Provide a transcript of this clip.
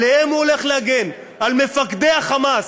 עליהם הוא הולך להגן, על מפקדי ה"חמאס".